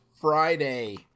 Friday